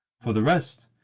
for the rest,